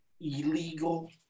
illegal